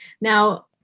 Now